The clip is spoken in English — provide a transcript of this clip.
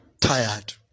tired